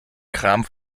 kram